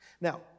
Now